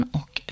och